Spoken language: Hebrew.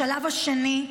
בשלב השני,